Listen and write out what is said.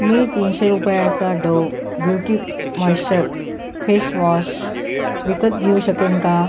मी तीनशे रुपयाचा Dove beauty moisture face wash विकत घेऊ शकेन का